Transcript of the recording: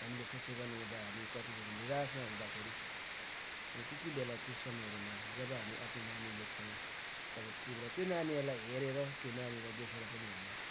हामीले सोचेको नहुँदा हामी कतिचोटि निरासमा हुँदाखेरि त्यती बेला त्यो समयहरूमा जब हामी आफ्नो नानी देख्छौँ तब त्यति बेला त्यो नानीहरूलाई हेरेर त्यो नानीलाई देखेर पनि हामी